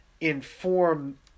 inform